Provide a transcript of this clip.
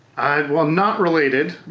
well, not related.